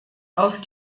auf